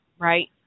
right